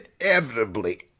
Inevitably